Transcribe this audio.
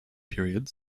period